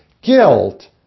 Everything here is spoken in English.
guilt